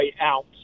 out